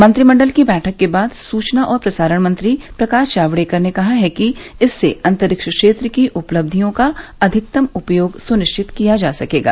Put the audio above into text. मंत्रिमंडल की बैठक के बाद सूचना और प्रसारण मंत्री प्रकाश जावड़ेकर ने कहा कि इससे अंतरिक्ष क्षेत्र की उपलब्धियों का अधिकतम उपयोग सुनिश्चित किया जा सकेगा